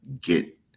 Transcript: get